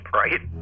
right